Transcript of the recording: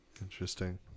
Interesting